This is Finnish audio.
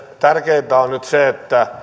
tärkeintä on nyt se että